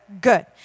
Good